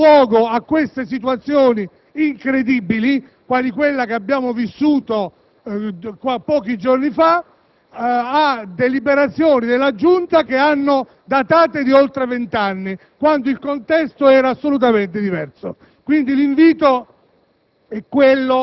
che poi danno luogo a situazioni incredibili come quella che abbiamo vissuto pochi giorni fa, a deliberazioni della Giunta datate di oltre vent'anni, quando il contesto era assolutamente diverso. L'invito,